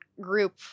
group